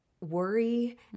worry